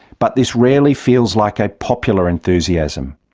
but this rarely feels like a popular enthusiasm.